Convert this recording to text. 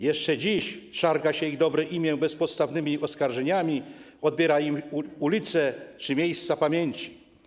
Jeszcze dziś szarga się ich dobre imię bezpodstawnymi oskarżeniami, odbiera im ulice czy miejsca pamięci.